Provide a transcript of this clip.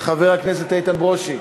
חבר הכנסת איתן ברושי,